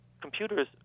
computers